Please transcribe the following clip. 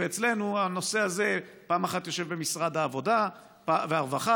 ואצלנו הנושא הזה פעם אחת יושב במשרד העבודה והרווחה,